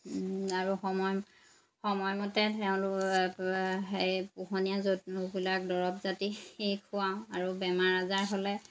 আৰু সময় সময়মতে তেওঁলোক সেই পোহনীয়া জন্তুবিলাক দৰৱ জাতি খুৱাওঁ আৰু বেমাৰ আজাৰ হ'লে